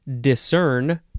discern